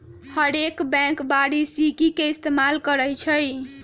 हरेक बैंक वारषिकी के इस्तेमाल करई छई